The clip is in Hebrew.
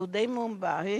יהודי מומבאי